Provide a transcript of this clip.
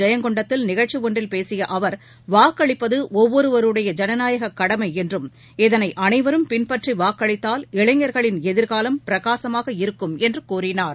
ஜெயங்கொண்டத்தில் நிகழ்ச்சிஒன்றில் மாவட்டம் பேசியஅவர் அரியலூர் வாக்களிப்பதுஒவ்வொருவருடைய ஜனநாயககடமைஎன்றும் இதனைஅனைவரும் பின்பற்றிவாக்களித்தால் இளைஞர்களின் எதிர்காலம் பிரகாசமாக இருக்கும் என்றுகூறினார்